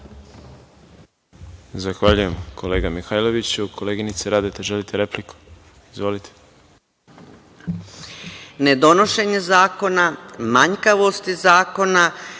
Zahvaljujem, kolega Mihajloviću. Koleginice Radeta želite repliku? Izvolite.